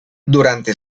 durante